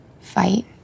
fight